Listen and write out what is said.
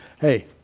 hey